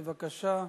בבקשה.